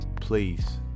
Please